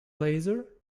laser